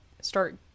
start